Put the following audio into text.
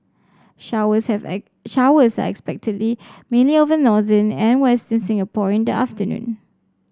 showers have showers are expected mainly over northern and western Singapore in the afternoon